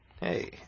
hey